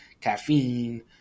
caffeine